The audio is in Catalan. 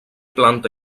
planta